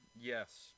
Yes